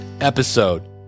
episode